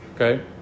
Okay